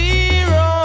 Zero